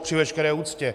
Při veškeré úctě!